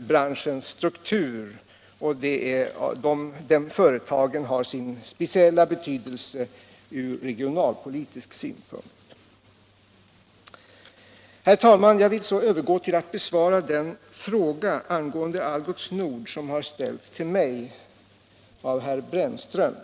branschens struktur, och de företagen har sin speciella betydelse från regionalpolitisk synpunkt. Herr talman! Jag vill så övergå till att besvara den fråga angående sysselsättningen vid Algots Nord som ställts till mig av herr Brännström.